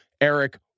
Eric